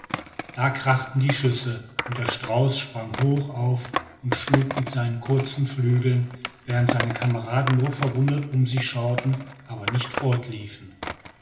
da krachten die schüsse und der strauß sprang hoch auf und schlug mit seinen kurzen flügeln während seine kameraden nur verwundert um sich schauten aber nicht